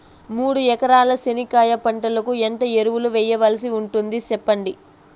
మూడు ఎకరాల చెనక్కాయ పంటకు ఎంత ఎరువులు వేయాల్సి ఉంటుంది సెప్పండి?